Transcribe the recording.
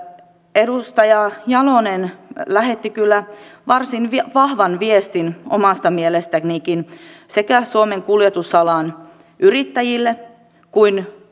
edustaja jalonen lähetti kyllä varsin vahvan viestin omasta mielestänikin sekä suomen kuljetusalan yrittäjille